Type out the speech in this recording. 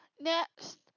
Next